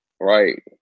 right